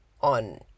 on